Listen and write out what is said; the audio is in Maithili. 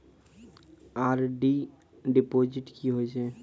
आर.डी डिपॉजिट की होय छै?